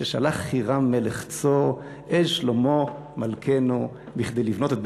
ששלח חירם מלך צור אל שלמה מלכנו כדי לבנות את בית-המקדש?